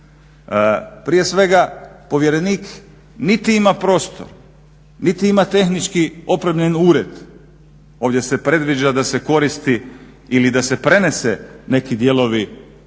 Prije svega povjerenik niti ima prostor, niti ima tehnički opremljen ured, ovdje se predviđa da se koristi ili da se prenese neki dijelovi, neke